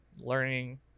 learning